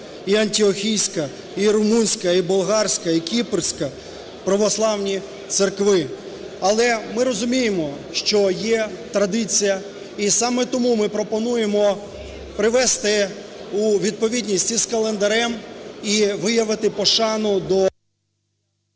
і Антіохійська, і Румунська, і Болгарська, і Кіпрська православні церкви. Але ми розуміємо, що є традиція, і саме тому ми пропонуємо привести у відповідність із календарем і виявити пошану до…